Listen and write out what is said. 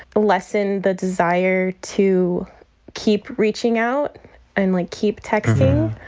lessen the desire to keep reaching out and like, keep texting.